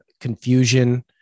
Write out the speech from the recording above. confusion